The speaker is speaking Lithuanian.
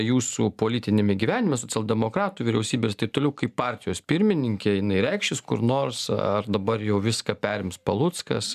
jūsų politiniame gyvenime socialdemokratų vyriausybės ir taip toliau kaip partijos pirmininkė jinai reikšis kur nors ar dabar jau viską perims paluckas